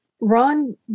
Ron